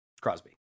Crosby